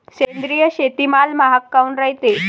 सेंद्रिय शेतीमाल महाग काऊन रायते?